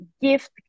gift